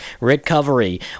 recovery